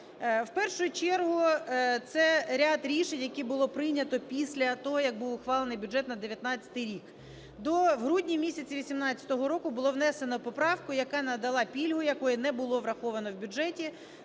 В першу чергу це ряд рішень, які було прийнято після того як був ухвалений бюджет на 19-й рік. В грудні місяці 18-го року було внесено поправку, яка надала пільгу, якої не було враховано в бюджеті,